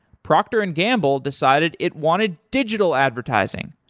procter and gamble decided it wanted digital advertising.